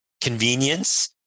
convenience